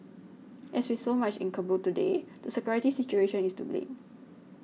as with so much in Kabul today the security situation is to blame